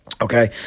Okay